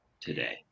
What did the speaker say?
today